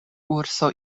urso